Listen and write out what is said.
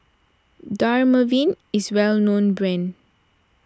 Dermaveen is well known brand